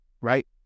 right